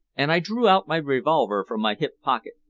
and i drew out my revolver from my hip-pocket.